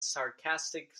sarcastic